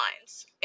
lines